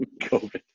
COVID